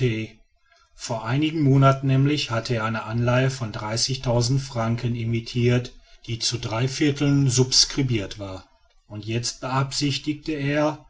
vor einigen monaten nämlich hatte er eine anleihe von franken emittirt die zu drei vierteln subscribirt war und jetzt beabsichtigte er